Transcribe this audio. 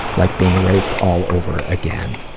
like being raped all over again.